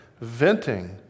Venting